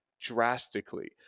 drastically